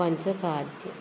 पंचकाद्य